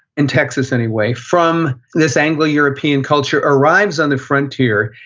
in texas, anyway, from this anglo-european culture arrives on the frontier,